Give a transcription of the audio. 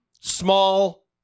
small